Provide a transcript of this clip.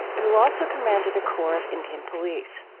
who also commanded a corps of indian police.